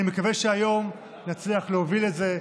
אני מקווה שהיום נצליח להוביל את זה,